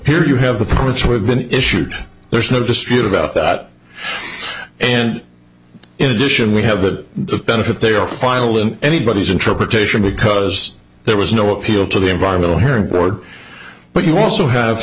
here you have the permits were been issued there's no dispute about that and in addition we have that the benefit they are final in anybody's interest petition because there was no appeal to the environmental hearing board but you also have